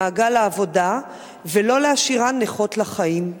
למעגל העבודה ולא להשאירן נכות לחיים.